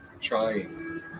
trying